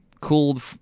Cooled